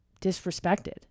disrespected